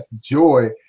joy